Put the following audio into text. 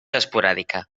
esporàdica